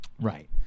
Right